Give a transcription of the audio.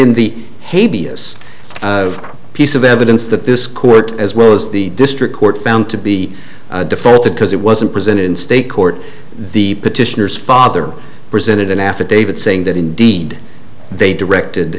of a piece of evidence that this court as well as the district court found to be defaulted because it wasn't presented in state court the petitioners father presented an affidavit saying that indeed they directed